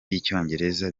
y’icyongereza